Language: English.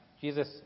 Jesus